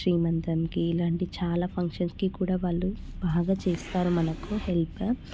శ్రీమంతానికి ఇలాంటివి చాలా ఫంక్షన్స్కి కూడా వాళ్ళు బాగా చేస్తారు మనకు హెల్ప్గా